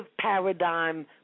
Paradigm